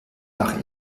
nach